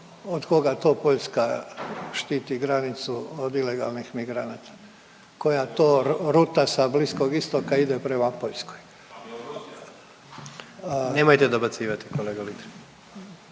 od koga to Poljska štiti granicu od ilegalnih migranata, koja to ruta sa Bliskog istoka ide prema Poljskoj? …/Upadica predsjednik: